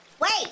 wait